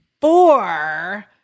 four